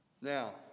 Now